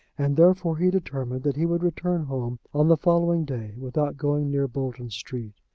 and therefore he determined that he would return home on the following day without going near bolton street.